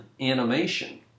animation